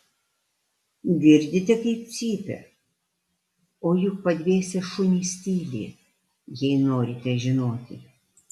girdite kaip cypia o juk padvėsę šunys tyli jei norite žinoti